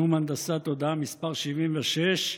נאום הנדסת תודעה מס' 76,